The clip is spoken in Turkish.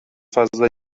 fazla